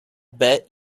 bet